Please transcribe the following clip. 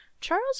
Charles